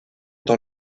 dans